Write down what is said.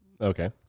Okay